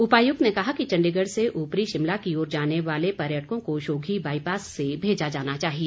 उपायुक्त ने कहा कि चण्डीगढ़ से उपरी शिमला की ओर जाने वाले पर्यटकों को शोघी बाईपास से भेजा जाना चाहिए